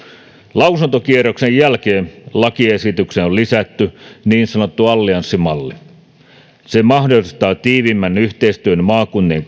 lausuntokierroksen jälkeen lakiesitykseen on lisätty niin sanottu allianssimalli se mahdollistaa tiiviimmän yhteistyön maakuntien